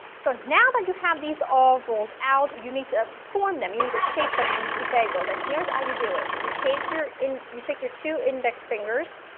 so now that you have these all rolled out, you need to form them, you need to shape them into bagels, and here's how you do it you take your index you take your two index fingers,